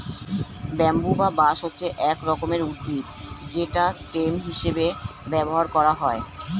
bamboo বা বাঁশ হচ্ছে এক রকমের উদ্ভিদ যেটা স্টেম হিসেবে ব্যবহার করা হয়